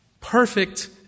perfect